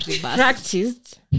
practiced